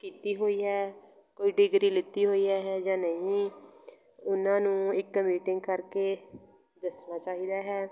ਕੀਤੀ ਹੋਈ ਹੈ ਕੋਈ ਡਿਗਰੀ ਲਿਤੀ ਹੋਈ ਹੈ ਜਾਂ ਨਹੀਂ ਉਹਨਾਂ ਨੂੰ ਇੱਕ ਮੀਟਿੰਗ ਕਰਕੇ ਦੱਸਣਾ ਚਾਹੀਦਾ ਹੈ